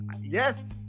Yes